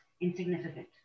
insignificant